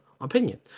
opinion